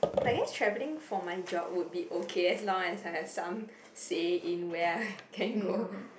I guess travelling for my job would be okay as long as I have some say in where I can go